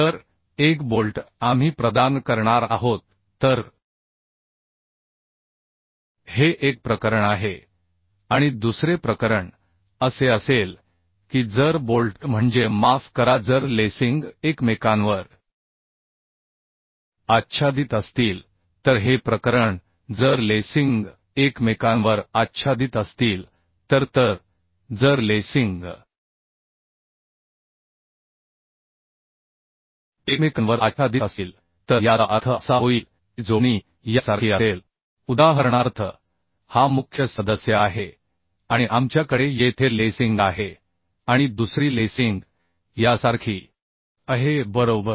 तर एक बोल्ट आपण प्रदान करणार आहोत तर हे एक प्रकरण आहे आणि दुसरे प्रकरण असे असेल की जर बोल्ट म्हणजे माफ करा जर लेसिंग एकमेकांवर आच्छादित असतील तर हे प्रकरण जर लेसिंग एकमेकांवर आच्छादित असतील तर तर जर लेसिंग एकमेकांवर आच्छादित असतील तर याचा अर्थ असा होईल की जोडणी यासारखी असेल उदाहरणार्थ हा मुख्य सदस्य आहे आणि आमच्याकडे येथे लेसिंग आहे आणि दुसरी लेसिंग यासारखी आहे बरोबर